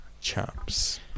chaps